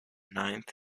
ninth